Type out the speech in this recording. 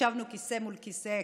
ישבנו כיסא מול כיסא,